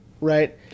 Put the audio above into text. right